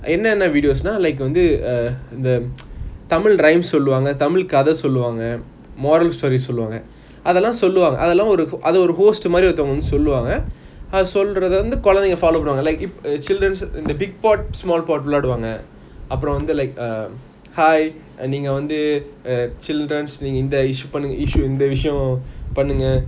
என்ன என்ன:enna enna videos நா:na like வந்து:vanthu uh the tamil rhymes சொல்லுவாங்க:soluvanga tamil கத சொல்லுவாங்க:kadha soluvanga moral story சொல்லுவாங்க முதலாம் சொல்லுவாங்க அதுலாம் ஒரு:soluvanga athalam soluvanga athulam oru host மாறி ஒருத்தவங்க சொல்லுவாங்க அது சொல்றத வந்து கொலைந்தாய்ங்க பண்ணுவாங்க:maari oruthavanga soluvanga athu solratha vanthu kolainthainga pannuvanga like if a children's the big pot small pot விளையாடுவாங்க அப்புறம் வந்து:vilayaduvanga apram vanthu like um hi நீங்க வந்து:nenga vanthu uh children இந்த விஷயம் பண்ணுங்க:intha visayam panunga